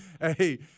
Hey